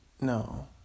No